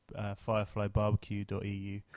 fireflybarbecue.eu